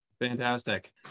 Fantastic